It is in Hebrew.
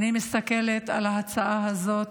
אני רואה בהצעה הזאת